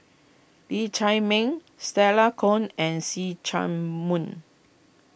Lee Chiaw Meng Stella Kon and See Chak Mun